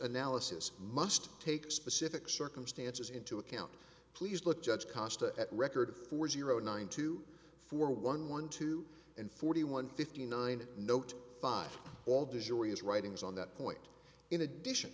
analysis must take specific circumstances into account please let judge cost a record of four zero nine two four one one two and forty one fifty nine note five all desirea is writings on that point in addition